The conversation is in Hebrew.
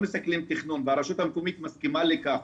מסכלים תכנון והרשות המקומית מסכימה לכך.